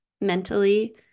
mentally